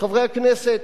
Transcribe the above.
אני קורא לכם